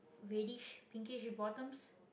reddish pinkish bottoms